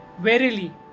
verily